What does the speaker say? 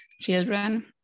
children